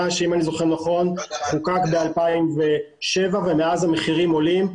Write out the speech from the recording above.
שאם אני זוכר נכון חוקק ב-2007 ומאז המחירים עולים.